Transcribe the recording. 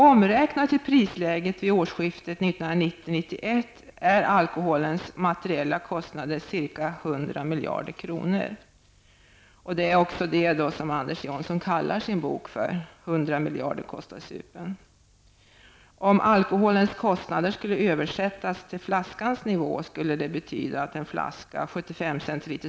Omräknat till prisläget vid årsskiftet 1990/91 är alkoholens materiella kostnader ca 100 miljarder kronor. Anders Johnson kallar också sin bok för ''100 miljarder kostar supen!''. Om alkoholens kostnader skulle översättas till flaskans nivå betydde det att en flaska 75 cl.